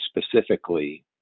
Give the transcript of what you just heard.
specifically